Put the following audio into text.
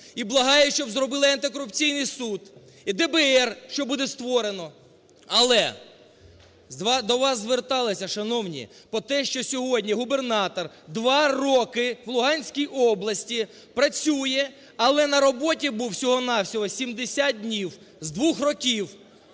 і благають, щоб зробили і Антикорупційний суд, і ДБР, що буде створено. Але до вас зверталися, шановні, по те, що сьогодні губернатор, 2 роки в Луганській області працює, але на роботі був всього-на-всього 70 днів з 2 років.